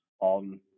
on